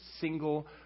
single